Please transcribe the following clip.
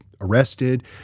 arrested